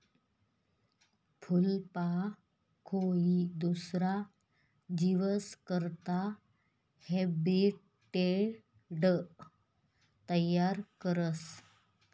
फूलपाकोई दुसरा जीवस करता हैबीटेट तयार करस